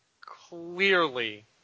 clearly